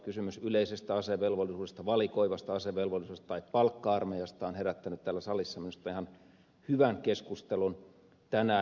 kysymys yleisestä asevelvollisuudesta valikoivasta asevelvollisuudesta tai palkka armeijasta on herättänyt täällä salissa minusta ihan hyvän keskustelun tänään